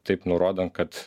taip nurodan kad